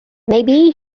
maybe